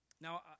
Now